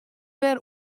wer